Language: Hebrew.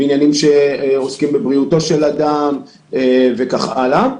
עניינים שעוסקים בבריאותו של אדם וכן הלאה.